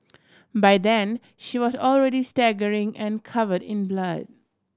by then she was already staggering and covered in blood